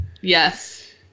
Yes